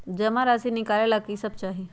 जमा राशि नकालेला कि सब चाहि?